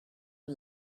are